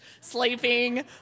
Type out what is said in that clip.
Sleeping